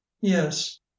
yes